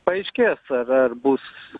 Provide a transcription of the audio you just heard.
paaiškės ar ar bus